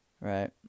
Right